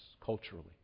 culturally